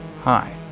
Hi